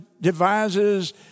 devises